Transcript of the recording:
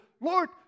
Lord